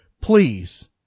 please